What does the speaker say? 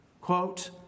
Quote